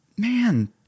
man